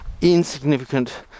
insignificant